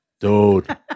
Dude